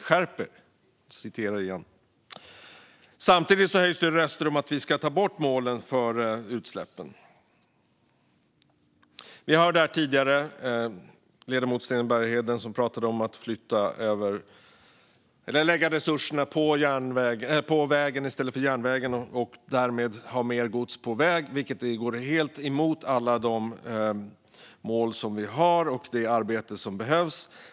Samtidigt höjs röster om att ta bort målen för utsläppen. Ni hörde tidigare hur ledamoten Sten Bergheden pratade om att lägga resurser på vägen i stället för järnvägen, och därmed ha mer gods på väg, vilket går helt emot alla mål och det arbete som behövs.